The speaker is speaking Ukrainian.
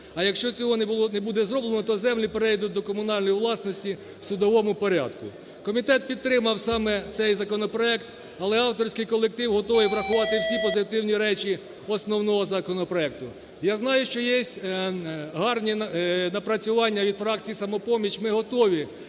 а, якщо цього не буде зроблено, то землі перейдуть до комунальної власності в судовому порядку. Комітет підтримав саме цей законопроект, але авторський колектив готовий врахувати всі позитивні речі основного законопроекту. Я знаю, що є гарні напрацюванні від фракції "Самопоміч", ми готові